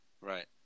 right